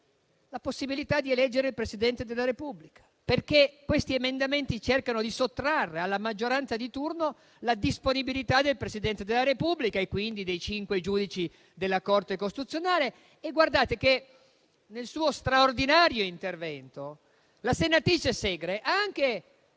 possibilità di eleggere il Presidente della Repubblica. Questi emendamenti cercano di sottrarre alla maggioranza di turno la disponibilità del Presidente della Repubblica e quindi dei cinque giudici della Corte costituzionale. Nel suo straordinario intervento, la senatrice Segre ha anche